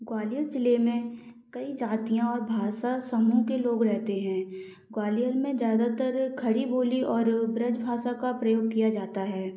ग्वालियर जिले में कई जातियाँ और भाषा समूह के लोग रहते हैं ग्वालियर में ज्यादातर खड़ी बोली और ब्रजभाषा का प्रयोग किया जाता है